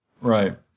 Right